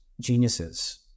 geniuses